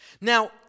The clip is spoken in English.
Now